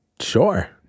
Sure